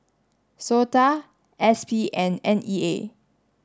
SOTA S P and N E A